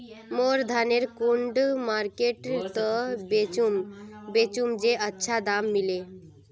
मोर धानेर कुंडा मार्केट त बेचुम बेचुम जे अच्छा दाम मिले?